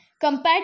compared